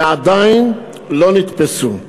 ועדיין לא נתפסו.